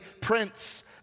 prince